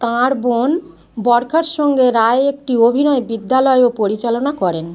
তাঁর বোন বরখার সঙ্গে রায় একটি অভিনয় বিদ্যালয়ও পরিচালনা করেন